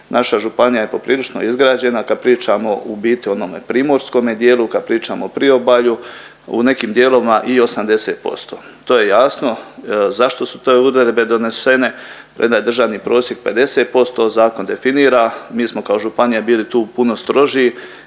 Naša županija je poprilično izgrađena, kad pričamo u biti o onome primorskome dijelu, kad pričamo o priobalju u nekim dijelovima i 80%. To je jasno zašto su te uredbe donesene, premda je državni prosjek 50% zakon definira. Mi smo kao županija bili tu puno strožiji